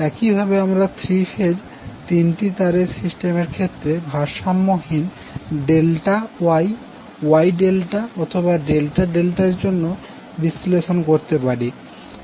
একই ভাবে আমরা থ্রি ফেজ তিনটি তার এর সিস্টেমের ক্ষেত্রে ভারসাম্যহীন ডেল্টা Y Y ডেল্টা অথবা ডেল্টা ডেল্টা এর জন্য বিশ্লেষণ করতে পারি